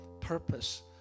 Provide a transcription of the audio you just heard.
purpose